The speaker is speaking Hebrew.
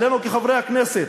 עלינו כחברי הכנסת,